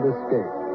Escape